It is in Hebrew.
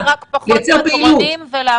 אנחנו צריכים להיות רק פחות פטרונים ולאפשר